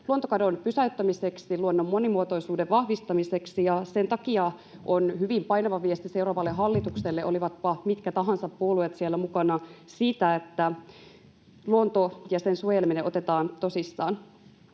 luontokadon pysäyttämiseksi ja luonnon monimuotoisuuden vahvistamiseksi, ja sen takia se on hyvin painava viesti seuraavalle hallitukselle — olivatpa mitkä tahansa puolueet siellä mukana — että luonto ja sen suojeleminen otetaan tosissaan.